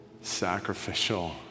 sacrificial